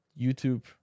YouTube